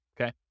okay